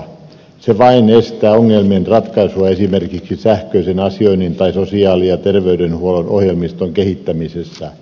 se vain estää ongelmien ratkaisua esimerkiksi sähköisen asioinnin tai sosiaali ja terveydenhuollon ohjelmiston kehittämisessä